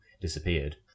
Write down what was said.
disappeared